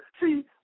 See